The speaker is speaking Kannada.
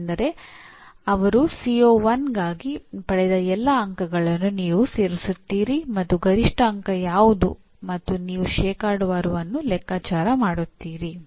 ಅವರು ನಿರೀಕ್ಷಿಸುವ ಸಾಧನೆಯನ್ನು ಪಡೆದುಕೊಳ್ಳಲು ಅನುಕೂಲವಾಗುವಂತೆ ಬೋಧನಾ ಚಟುವಟಿಕೆಗಳನ್ನು ವಿನ್ಯಾಸಗೊಳಿಸಲಾಗಿದೆ ಮತ್ತು ನಡೆಸಲಾಗುತ್ತದೆ